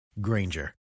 Granger